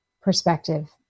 perspective